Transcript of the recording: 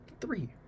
Three